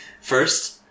First